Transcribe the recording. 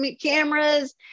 cameras